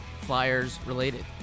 Flyers-related